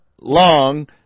long